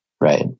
Right